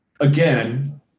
Again